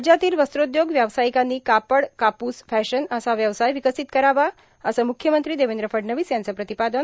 राज्यातील वस्त्रोदयोग व्यावसार्यायकांनी कापड कापूस फॅशन असा व्यवसाय र्विर्कासत करावा असं मुख्यमंत्री देवद्र फडणवीस यांचं प्रातपादन